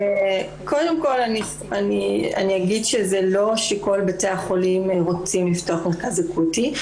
קודם כל אני אגיד שזה לא שכל בתי החולים רוצים לפתוח מרכז אקוטי,